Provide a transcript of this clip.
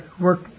work